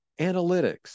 analytics